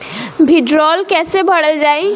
भीडरौल कैसे भरल जाइ?